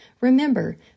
remember